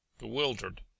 bewildered